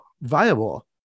viable